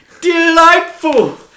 Delightful